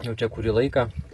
jau čia kurį laiką